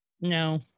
No